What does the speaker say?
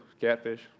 catfish